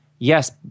Yes